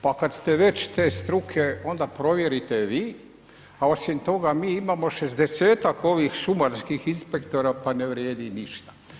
Pa kad ste već te struke onda provjerite vi a osim toga mi imamo 60-ak ovih šumarskih inspektora pa ne vrijedi išta.